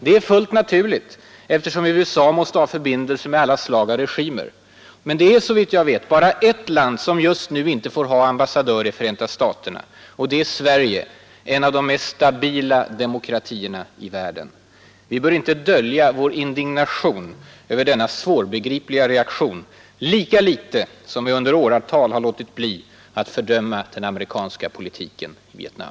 Det är fullt naturligt, eftersom USA måste ha förbindelser med alla slag av regimer. Men det är, såvitt jag vet, bara ett land som just nu inte får ha ambassadör i Förenta staterna. Och det är Sverige, en av de mest stabila demokratierna i världen. Vi bör inte dölja vår indignation över denna svårbegripliga reaktion, lika litet som vi under åratal har låtit bli att öppet fördöma den amerikanska politiken i Vietnam.